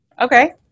Okay